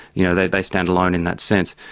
you know they they stand alone in that sense.